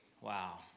Wow